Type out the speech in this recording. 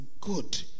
good